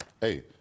Hey